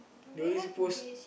they always post